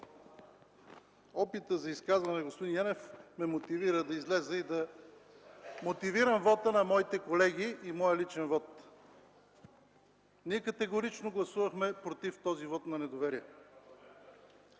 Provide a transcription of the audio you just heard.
Опитът за изказване на господин Янев ме мотивира да изляза и да мотивирам вота на моите колеги и моя личен вот. Ние категорично гласувахме „против” този вот на недоверие.